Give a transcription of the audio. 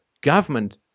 government